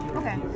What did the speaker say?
okay